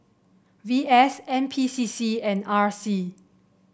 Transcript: V S N P C C and R C